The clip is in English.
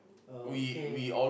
okay